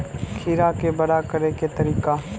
खीरा के बड़ा करे के तरीका?